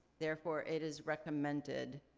therefore, it is recommended.